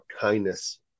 kindness